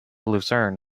lucerne